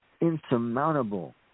insurmountable